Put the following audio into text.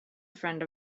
friend